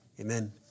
Amen